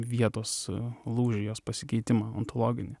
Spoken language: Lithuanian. vietos lūžį jos pasikeitimą ontologinį